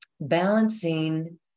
balancing